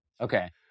Okay